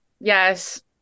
Yes